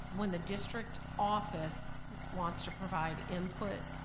when the district office wants to provide input,